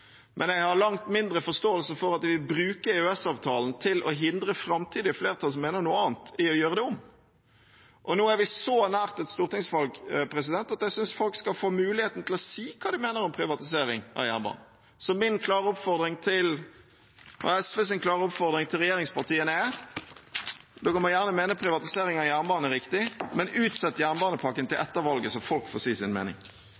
men jeg har langt mindre forståelse for at den vil bruke EØS-avtalen til å hindre framtidige flertall som mener noe annet, i å gjøre det om. Nå er vi så nært et stortingsvalg at jeg synes folk skal få muligheten til å si hva de mener om privatisering av jernbanen. Så min og SVs klare oppfordring til regjeringspartiene er: Dere må gjerne mene privatisering av jernbane er riktig, men utsett jernbanepakken til etter valget, så folk får si sin mening.